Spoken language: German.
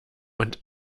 und